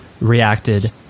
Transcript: reacted